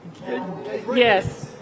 Yes